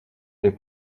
les